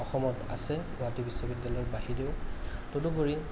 অসমত আছে গুৱাহাটী বিশ্ববিদ্য়ালয়ৰ বাহিৰেও তদুপৰি